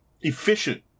efficient